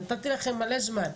נתתי לכם מלא זמן ,